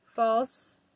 false